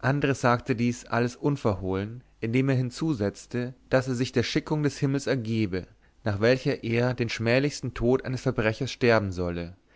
andres sagte dies alles unverhohlen indem er hinzusetzte daß er sich der schickung des himmels ergebe nach welcher er den schmählichen tod eines verbrechers sterben solle